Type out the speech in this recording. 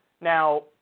Now